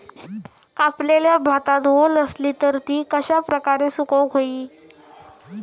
कापलेल्या भातात वल आसली तर ती कश्या प्रकारे सुकौक होई?